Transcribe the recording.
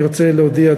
אני רוצה להודיע,